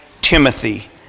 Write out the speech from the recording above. Timothy